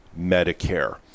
Medicare